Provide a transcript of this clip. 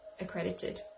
accredited